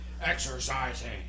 Exercising